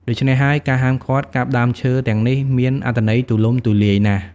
ដូច្នេះហើយ ការហាមឃាត់កាប់ដើមឈើទាំងនេះមានអត្ថន័យទូលំទូលាយណាស់។